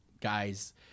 guys